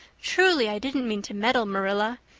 truly, i didn't mean to meddle, marilla.